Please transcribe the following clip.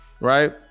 right